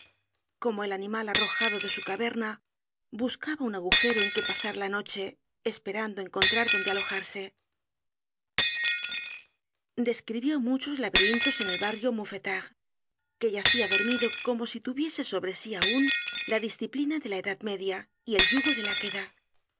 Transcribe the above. como el animal arrojado de su caverna buscaba un agujero en que pasar la noche esperando encontrar donde alojarse describió muchos laberintos en el barrio mouffetard que yacia dormido como si tuviese sobre sí aun la disciplina de la edad media y el yugo de la queda